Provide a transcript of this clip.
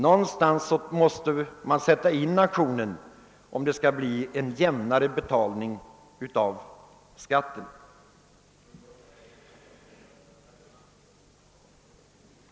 Någonstans måste man sätta in aktionen, om det skall bli en jämnare betalning av skatterna.